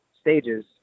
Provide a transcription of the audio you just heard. stages